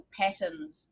patterns